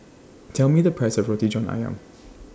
Tell Me The Price of Roti John Ayam